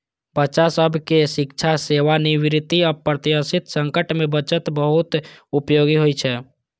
बच्चा सभक शिक्षा, सेवानिवृत्ति, अप्रत्याशित संकट मे बचत बहुत उपयोगी होइ छै